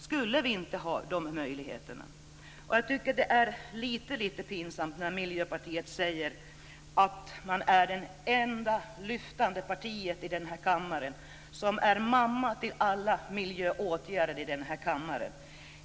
skulle vi inte ha de möjligheterna. Jag tycker att det är lite pinsamt när Miljöpartiet säger att man är det enda lyftande partiet i denna kammare och som är mamma till alla miljöåtgärder.